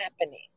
happening